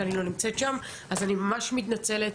אני ממש מתנצלת.